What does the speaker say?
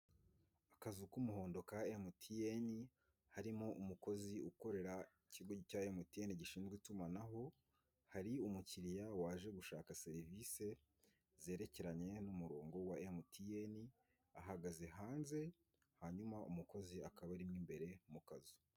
Akazu k'umuhondo ka emutiyene harimo umukozi ukorera ikigo cya emutiyene gishinzwe itumanaho, hari umukiriya waje gushaka serivise zerekeranye n'umurongo wa emutiyene ahagaze hanze, hanyuma umukozi akaba arimo imbere mu kazu.